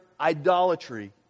idolatry